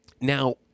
Now